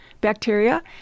bacteria